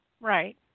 Right